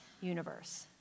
universe